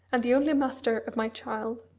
and the only master of my child.